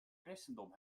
christendom